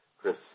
Chris